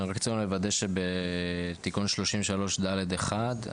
צריכים לוודא שבתיקון 33ד1,